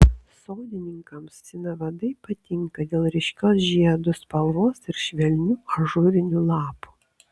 sodininkams sinavadai patinka dėl ryškios žiedų spalvos ir švelnių ažūrinių lapų